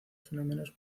fenómenos